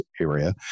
area